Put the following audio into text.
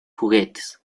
juguetes